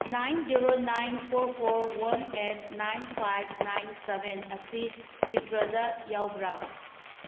ꯅꯥꯏꯅ zero nine four four one eight nine five nine seven ꯑꯁꯤ ꯁꯤꯇ꯭ꯔꯗ ꯌꯥꯎꯕ꯭ꯔꯥ